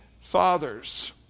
fathers